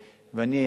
ואני,